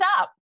up